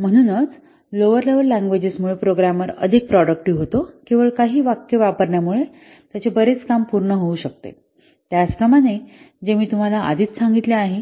म्हणूनच lower level languages मुळे programmer अधिक प्रॉडक्टिव्ह होतो केवळ काही वाक्ये वापरण्यामुळे आपण बरेच काम पूर्ण करू शकतो आणि त्याचप्रमाणे जे मी तुम्हाला आधीच सांगितले आहे